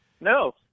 No